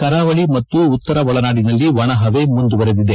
ಕರಾವಳಿ ಮತ್ತು ಉತ್ತರ ಒಳನಾಡಿನಲ್ಲಿ ಒಣಪವೆ ಮುಂದುವರೆದಿದೆ